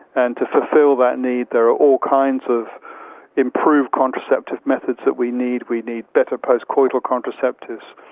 and to fulfil that need there are all kinds of improved contraceptive methods that we need. we need better post-coital contraceptives,